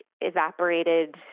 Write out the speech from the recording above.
evaporated